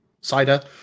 cider